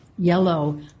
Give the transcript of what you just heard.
yellow